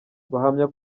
bahamya